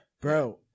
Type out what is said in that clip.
Bro